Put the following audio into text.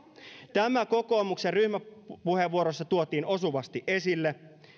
tämä kokoomuksen ryhmäpuheenvuorossa tuotiin osuvasti esille